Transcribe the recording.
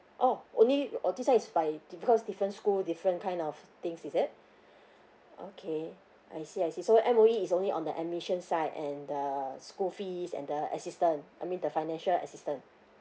oh only oh this one is by di~ because different school different kind of things is it okay I see I see so M_O_E is only on the admission side and the school fees and the assistance I mean the financial assistance